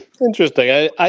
Interesting